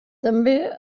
també